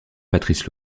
patrice